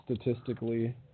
statistically